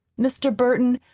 mr. burton,